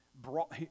brought